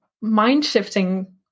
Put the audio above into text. mind-shifting